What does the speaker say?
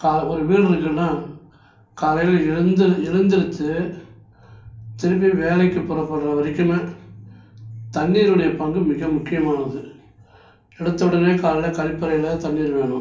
காலை ஒரு வீடு இருக்குன்னால் காலையில் எழுந்துரு எழுந்துருச்சி திருப்பி வேலைக்குப் புறப்படுற வரைக்குமே தண்ணீருடைய பங்கு மிக முக்கியமானது எடுத்த உடனே காலைல கழிப்பறையில தண்ணீர் வேணும்